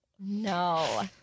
no